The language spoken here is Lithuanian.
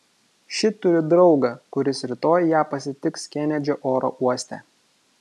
ši turi draugą kuris rytoj ją pasitiks kenedžio oro uoste